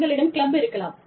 உங்களிடம் கிளப் இருக்கலாம்